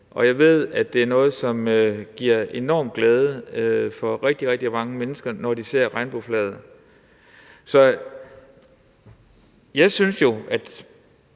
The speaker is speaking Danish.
Og jeg ved, at det er noget, som giver enorm glæde for rigtig, rigtig mange mennesker, når de ser regnbueflaget. Så jeg synes jo, at